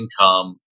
income